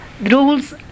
rules